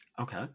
Okay